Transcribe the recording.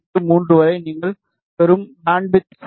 483 வரை நீங்கள் பெறும் பேண்ட்விட்த்